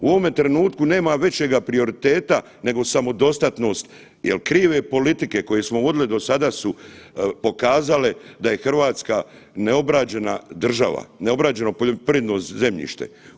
U ovome trenutku nema većega prioriteta nego samodostatnost jer krive politike koje smo vodili do sada su pokazale da je Hrvatska neobrađena država, neobrađeno poljoprivredno zemljište.